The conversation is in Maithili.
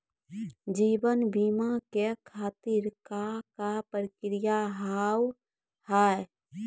जीवन बीमा के खातिर का का प्रक्रिया हाव हाय?